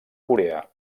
corea